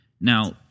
Now